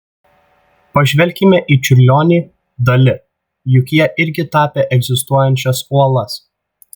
pažvelkime į čiurlionį dali juk jie irgi tapė egzistuojančias uolas